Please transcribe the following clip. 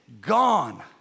gone